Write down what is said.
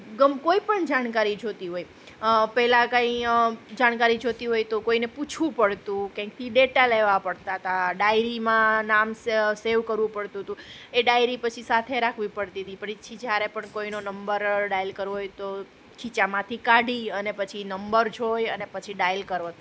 ગમ કોઈપણ જાણકારી જોતી હોય પેલા કાંઇ જાણકારી જોતી હોય તો કોઈને પૂછવું પડતું કાંઇકથી ડેટા લેવા પડતા હતાં ડાયરીમાં નામ સેવ કરવું પડતું તું એ ડાયરી પછી સાથે રાખવી પડતી હતી પછી જ્યારે પણ કોઈનો નંબર ડાયલ કરવો હોય તો ખિસ્સામાંથી કાઢી અને પછી નંબર જોઈ અને પછી ડાયલ કરો